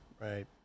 Right